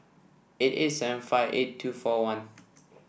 eight eight seven five eight two four one